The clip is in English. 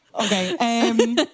Okay